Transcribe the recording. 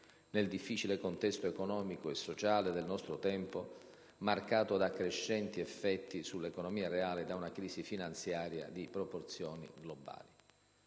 nel difficile contesto economico e sociale del nostro tempo, marcato da crescenti effetti sull'economia reale di una crisi finanziaria di proporzioni globali.